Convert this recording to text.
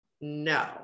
no